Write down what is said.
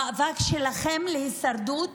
המאבק שלכם להישרדות